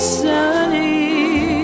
sunny